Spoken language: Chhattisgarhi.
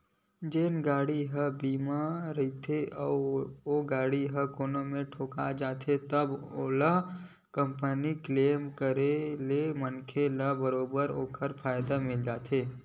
जेन गाड़ी ह बीमा रहिथे ओ गाड़ी ह कोनो जगा ठोका जाथे तभो ले कंपनी म क्लेम करे ले मनखे ल बरोबर ओखर फायदा मिल जाथे